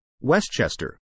Westchester